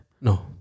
No